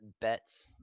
bets